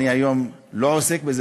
אני היום לא עוסק בזה,